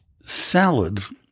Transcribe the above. Salads